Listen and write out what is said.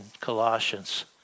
Colossians